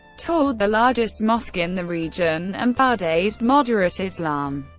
toured the largest mosque in the region, and but ah praised moderate islam.